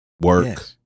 Work